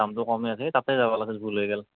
তাত দামটো কম ইয়াতে সেই তাতে যাব লাগিছিল ভুল হৈ গ'ল